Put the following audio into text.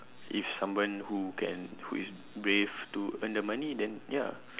if someone who can who is brave to earn the money then ya